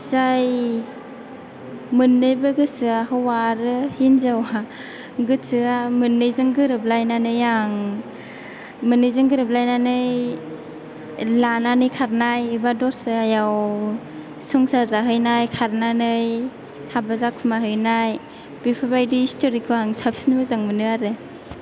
जाय मोननैबो गोसोआ हौवा आरो हिनजाव हा गोसोआ मोननैजों गोरोबलायनानै आं मोननैजों गोरोबलायनानै लानानै खारनाय एबा दस्रायाव संसार जाहैनाय खारनानै हाबा जाखुमा हैनाय बेफोरबायदि स्थ'रिखौ आं साबसिन मोजां मोनो आरो